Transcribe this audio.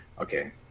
Okay